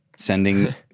Sending